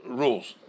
rules